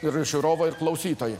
ir žiūrovai ir klausytojųai